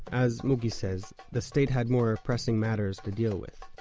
as muki says, the state had more pressing matters to deal with,